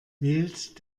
wählt